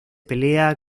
pelea